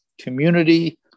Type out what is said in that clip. community